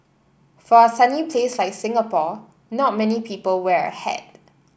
for a sunny place like Singapore not many people wear a hat